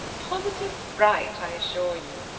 positive fright, i assure you.